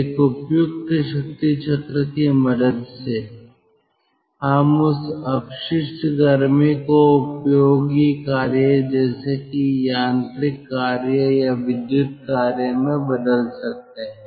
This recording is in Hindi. एक उपयुक्त शक्ति चक्र की मदद से हम उस अपशिष्ट गर्मी को उपयोगी कार्य जैसे कि यांत्रिक कार्य या विद्युत कार्य में बदल सकते हैं